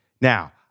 Now